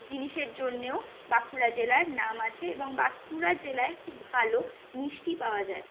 জিনিসের জন্যও বাঁকুড়া জেলার নাম আছে এবং বাঁকুড়া জেলায় খুব ভালো মিষ্টি পাওয়া যায়